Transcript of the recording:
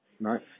Right